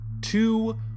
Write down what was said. Two